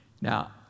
Now